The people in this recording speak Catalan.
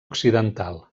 occidental